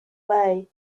way